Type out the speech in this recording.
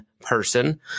person